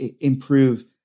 improve